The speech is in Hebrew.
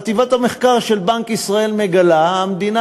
חטיבת המחקר של בנק ישראל מגלה: המדינה